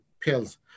pills